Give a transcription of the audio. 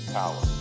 power